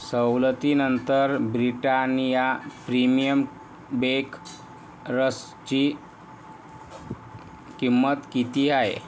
सवलतीनंतर Britannia premium bake रस्कची किंमत किती आहे